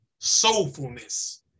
soulfulness